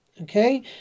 Okay